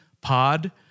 POD